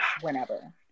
whenever